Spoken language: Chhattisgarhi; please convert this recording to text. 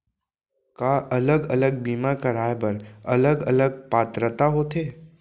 का अलग अलग बीमा कराय बर अलग अलग पात्रता होथे?